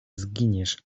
zginiesz